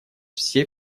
все